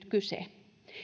kyse